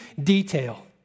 detail